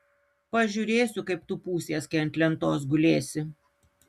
pažiūrėsiu kaip tu pūsies kai ant lentos gulėsi